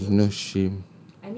!ee! no shame